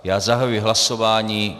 Já zahajuji hlasování.